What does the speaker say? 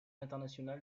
international